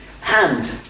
hand